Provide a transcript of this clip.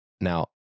Now